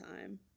time